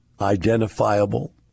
identifiable